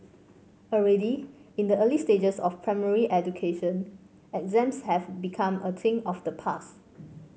already in the early stages of primary education exams have become a thing of the past